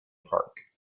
park